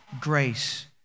grace